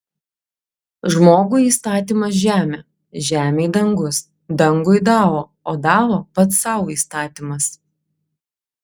žmogui įstatymas žemė žemei dangus dangui dao o dao pats sau įstatymas